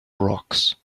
rocks